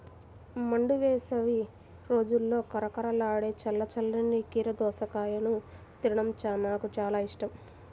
మండు వేసవి రోజుల్లో కరకరలాడే చల్ల చల్లని కీర దోసకాయను తినడం నాకు చాలా ఇష్టం